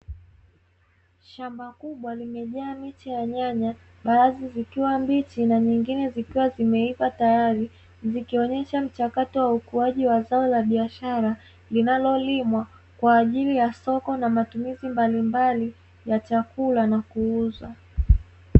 Shamba kubwa limejaa miche ya nyanya baadhi zikiwa mbichi na nyingine zikiwa zimeiva tayari, zikionyesha mchakato wa ukuaji wa zao la biashara linalolimwa kwa ajili ya soko na matumizi mbalimbali ya chakula na kuuza.